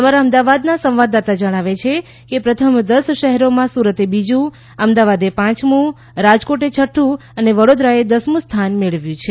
અમારા અમદાવાદનાં સંવાદદાતા જણાવે છે કે પ્રથમ દસ શહેરોમાં સુરતે બીજું અમદાવાદે પાંચમું રાજકોટ છઠું અને વડોદરાએ દસમું સ્થાન મેળવ્યું છે